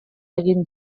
egin